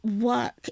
work